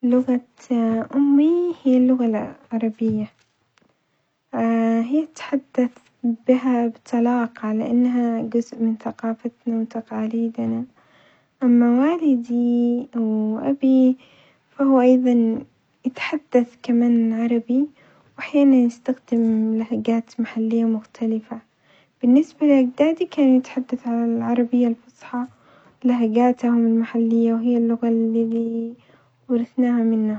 لغة أمي هي اللغة العربية هي تتحدث بها بطلاقة لأنها جزء من ثقافتنا وتقاليدنا أما والدي أو أبي فهو إذن يتحدث كمان عربي وأحيانًا يستخدم لهجات محلية مختلفة، بالنسبة لأجدادي كانوا يتحدث على العربية الفصحى لهجاتهم المحلية وهي اللغة اللي لي ورثناها منهم.